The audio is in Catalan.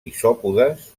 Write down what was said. isòpodes